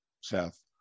Seth